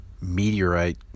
meteorite